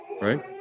right